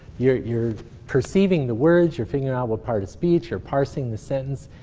you're you're perceiving the words, you're figuring out what part of speech, you're parsing the sentence.